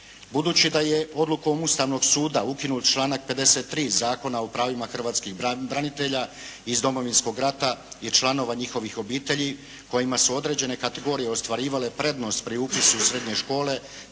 Budući da je odlukom Ustavnog suda ukinut članak 53. Zakona o pravima hrvatskih branitelja iz Domovinskog rata i članova njihovih obitelji kojima su određene kategorije ostvarivale prednost pri upisu u srednje škole,